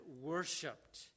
worshipped